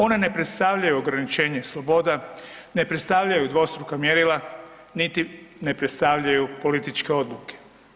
One ne predstavljaju ograničenje sloboda, ne predstavljaju dvostruka mjerila niti ne predstavljaju političke odluke.